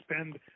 spend